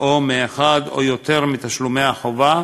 או מאחד או יותר מתשלומי החובה,